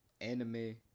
anime